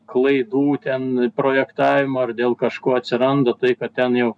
klaidų ten projektavimo ar dėl kažko atsiranda tai kad ten jau